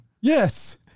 Yes